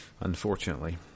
unfortunately